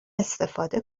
استفاده